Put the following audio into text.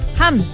Ham